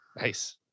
Nice